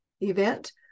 event